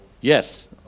Yes